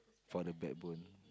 for the backbone